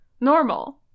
Normal